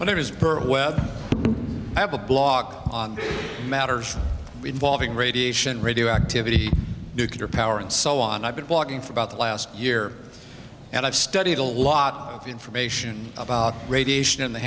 pearl web i have a blog on matters involving radiation radioactivity nuclear power and so on i've been walking for about the last year and i've studied a lot of information about radiation and the